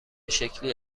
شکلی